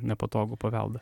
nepatogų paveldą